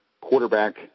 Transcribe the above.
quarterback